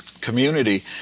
community